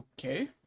Okay